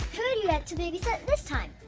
who do you get to babysit this time?